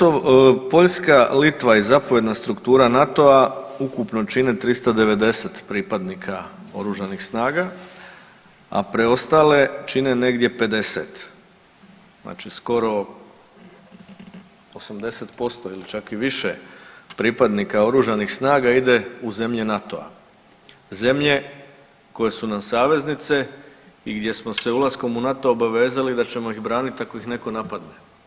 E sad, Poljska, Litva i zapovjedna struktura NATO-a ukupno čine 390 pripadnika oružanih snaga, a preostale čine negdje 50, znači skoro 80% ili čak i više pripadnika oružanih snaga ide u zemlje NATO-a, zemlje koje su nam saveznice i gdje smo se ulaskom u NATO obavezali da ćemo ih braniti ako ih neko napadne.